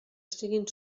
estiguin